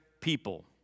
people